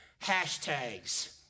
hashtags